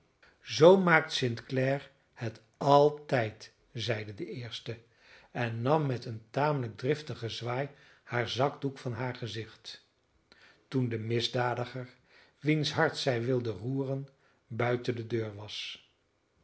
zoo maakt st clare het altijd zeide de eerste en nam met een tamelijk driftigen zwaai haar zakdoek van haar gezicht toen de misdadiger wiens hart zij wilde roeren buiten de deur was